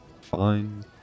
Fine